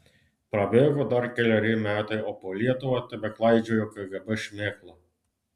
prabėgo dar keleri metai o po lietuvą tebeklaidžioja kgb šmėkla